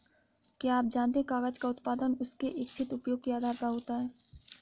क्या आप जानते है कागज़ का उत्पादन उसके इच्छित उपयोग के आधार पर होता है?